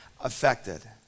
affected